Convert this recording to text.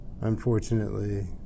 unfortunately